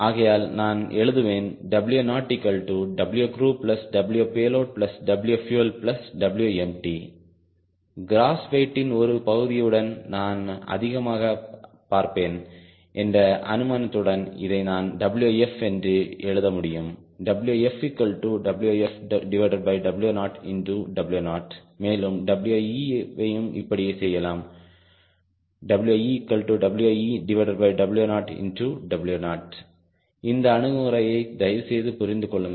ஆகையால் நான் எழுதுவேன் W0WcrewWpayloadWfuelWempty கிராஸ் வெயிடின் ஒரு பகுதியுடன் நான் அதிகமாக பார்ப்பேன் என்ற அனுமானத்துடன் இதை நான் Wf என்று எழுத முடியும் WfW0 மேலும் We வையும் இப்படி செய்யலாம் WeW0 இந்த அணுகுமுறையை தயவுசெய்து புரிந்துகொள்ளுங்கள்